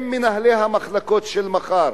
הם מנהלי המחלקות של מחר.